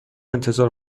انتظار